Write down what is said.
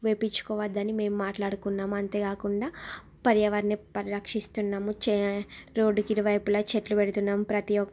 వేపించుకోవోద్దు అని మేము మాట్లాడుకున్నాము అంతేకాకుండా పర్యావరణ పరిరక్షిస్తున్నాము చే రోడ్డుకి ఇరువైపులా చెట్లు పెడుతున్నాము ప్రతీ